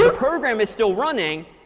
ah program is still running.